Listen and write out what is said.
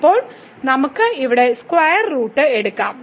ഇപ്പോൾ നമുക്ക് ഇവിടെ സ്ക്വയർ റൂട്ട് എടുക്കാം